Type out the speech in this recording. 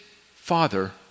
father